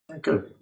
good